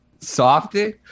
softy